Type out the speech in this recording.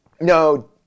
No